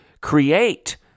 create